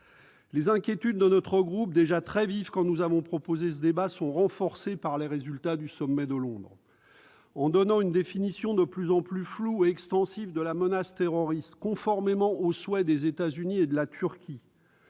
Les inquiétudes de notre groupe, qui étaient déjà très vives quand nous avons demandé l'organisation de ce débat, sont renforcées par les résultats du sommet de Londres. En donnant une définition de plus en plus floue et extensive de la menace terroriste, conformément aux souhaits des États-Unis et de la Turquie,